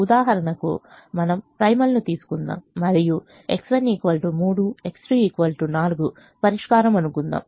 ఉదాహరణకు మనము ప్రైమల్ను తీసుకుందాము మరియు X1 3 X2 4 పరిష్కారం అనుకుందాం